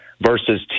versus